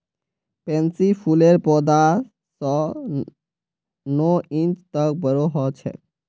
pansy फूलेर पौधा छह स नौ इंच तक बोरो ह छेक